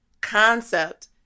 Concept